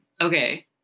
okay